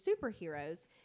superheroes